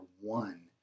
one